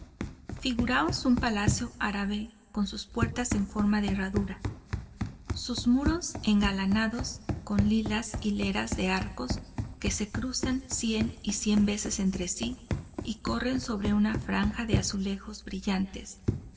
figuraos un palacio árabe con sus puertas enforma de herradura sus muros engalanados con lilas hileras de arcos que se cruzan cien y cien veces entre sí y corren sobre una franja de azulejos brillanles